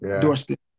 doorstep